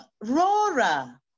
Rora